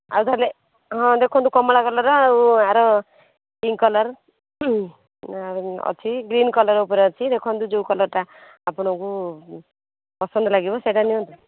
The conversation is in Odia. ଆଉ ତା'ହେଲେ ହଁ ଦେଖନ୍ତୁ କମଳା କଲର୍ର ଆଉ ଆର ପିିଙ୍କ୍ କଲର୍ ଅଛି ଗ୍ରିନ୍ କଲର୍ ଉପରେ ଅଛି ଦେଖନ୍ତୁ ଯେଉଁ କଲର୍ଟା ଆପଣଙ୍କୁ ପସନ୍ଦ ଲାଗିବ ସେଇଟା ନିଅନ୍ତୁ